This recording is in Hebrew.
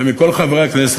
ומכל חברי הכנסת,